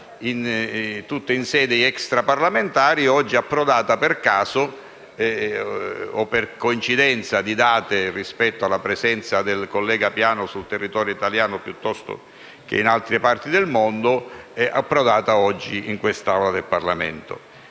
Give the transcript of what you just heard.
tutta in sedi extraparlamentari e oggi approdata, per caso o per coincidenza di date rispetto alla presenza del collega Piano sul territorio italiano piuttosto che in altre parti del mondo, in quest'Aula del Parlamento.